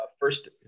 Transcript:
first